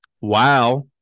Wow